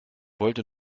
wollte